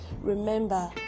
Remember